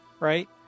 right